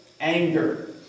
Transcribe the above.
anger